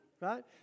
right